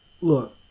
look